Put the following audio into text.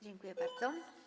Dziękuję bardzo.